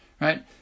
right